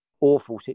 awful